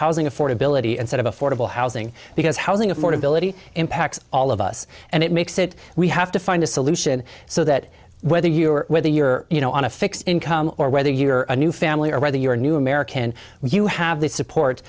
housing affordability instead of affordable housing because housing affordability impacts all of us and it makes it we have to find a solution so that whether you or whether you're you know on a fixed income or whether you're a new family or whether you're a new american you have the support